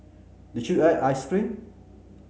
did you eat ice cream